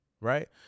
Right